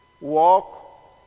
walk